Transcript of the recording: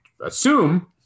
assume